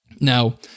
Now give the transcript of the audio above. Now